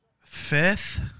Fifth